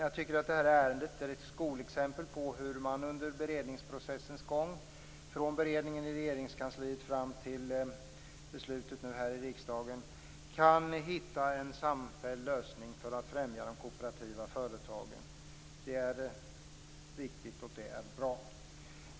Jag tycker att det här ärendet är ett skolexempel på hur man under beredningsprocessens gång, från beredningen i Regeringskansliet fram till beslutet i riksdagen, kan hitta en samfälld lösning för att, som är fallet här, främja de kooperativa företagen. Det är viktigt, och det är bra.